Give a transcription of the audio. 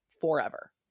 forever